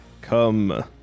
Come